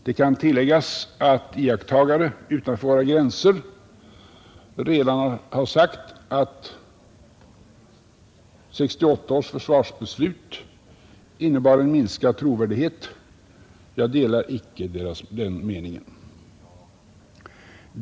Det kan tilläggas att iakttagare utanför våra gränser redan har sagt att 1968 års försvarsbeslut innebar en minskad trovärdighet. Jag delar icke den meningen.